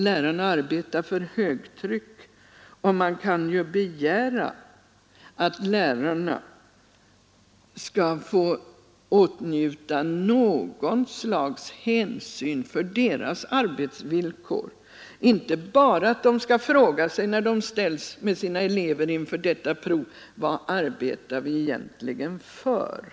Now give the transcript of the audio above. Lärarna arbetar för högtryck, och man kan ju begära att de skall få åtnjuta något slags hänsyn till sina arbetsvillkor. När de ställs med sina elever inför detta prov skall de inte bara behöva fråga sig: Vad arbetar vi egentligen för?